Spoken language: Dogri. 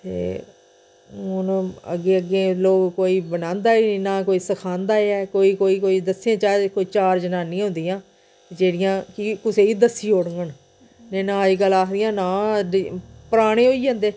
ते हून अग्गें अग्गें लोक कोई बनांदा ई ना कोई सखांदा ऐ कोई कोई कोई दस्सें चा कोई चार जनानियां होंदियां जेह्ड़ियां कि कुसै ई दस्सी ओड़ङन तेअज्जकल आखदियां ना पराने होई जंदे